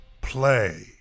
play